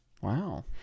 Wow